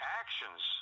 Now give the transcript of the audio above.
actions